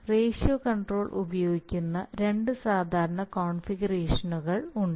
ratio control ഉപയോഗിക്കുന്ന രണ്ട് സാധാരണ കോൺഫിഗറേഷനുകൾ ഉണ്ട്